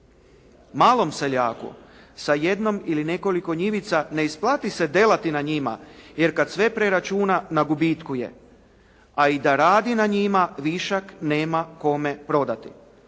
Malom seljaku sa jednom ili nekoliko njivica ne isplati se delati na njima, jer kada sve preračuna na gubitku je a i da radi na njima višak nema kome prodati.